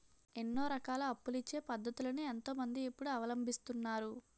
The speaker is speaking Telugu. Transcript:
ఎన్నో రకాల అప్పులిచ్చే పద్ధతులను ఎంతో మంది ఇప్పుడు అవలంబిస్తున్నారు